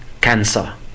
Cancer